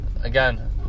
again